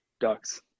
ducks